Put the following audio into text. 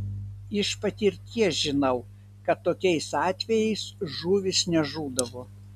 iš patirties žinau kad tokiais atvejais žuvys nežūdavo